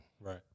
Right